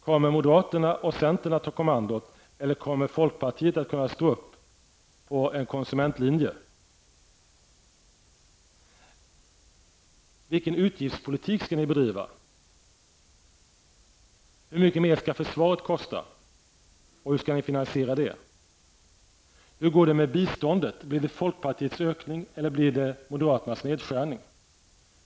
Kommer moderaterna och centern att ta kommando eller kommer folkpartiet att kunna stå upp för en konsumentlinje? Vilken utgiftspolitik skall ni bedriva? Hur mycket mer skall försvaret kosta, och hur skall ni finansiera det? Hur blir det med biståndet? Blir det folkpartiets ökning eller moderaternas nedskärning?